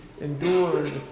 endured